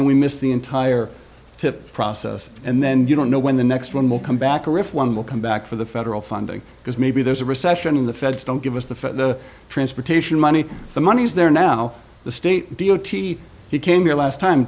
then we missed the entire tip process and then you don't know when the next one will come back or if one will come back for the federal funding because maybe there's a recession in the feds don't give us the transportation money the money's there now the state deal t he came here last time